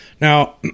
now